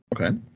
Okay